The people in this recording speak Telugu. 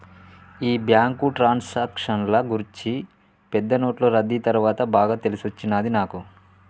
ఈ బ్యాంకు ట్రాన్సాక్షన్ల గూర్చి పెద్ద నోట్లు రద్దీ తర్వాత బాగా తెలిసొచ్చినది నాకు